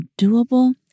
doable